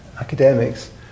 academics